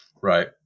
Right